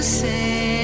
say